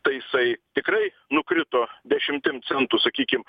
tai jisai tikrai nukrito dešimtim centų sakykim